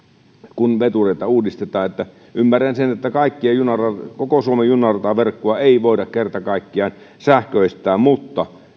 kun vetureita uudistetaan ymmärrän sen että koko suomen junarataverkkoa ei voida kerta kaikkiaan sähköistää mutta